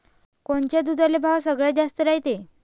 कोनच्या दुधाले भाव सगळ्यात जास्त रायते?